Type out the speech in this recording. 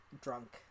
drunk